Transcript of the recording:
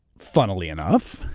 funnily enough,